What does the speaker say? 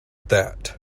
that